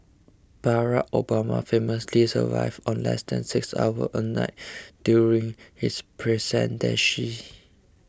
Barack Obama famously survived on less than six hours a night during his presidency